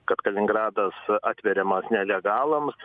kad kaliningradas atveriamas nelegalams